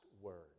word